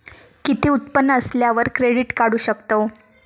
किती उत्पन्न असल्यावर क्रेडीट काढू शकतव?